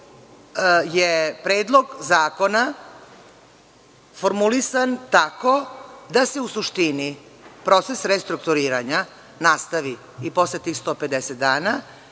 je Predlog zakona formulisan tako da se u suštini proces restrukturiranja nastavi i posle tih 150 dana